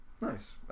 Nice